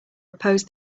oppose